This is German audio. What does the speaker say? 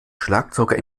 schlagzeuger